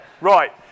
Right